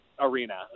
arena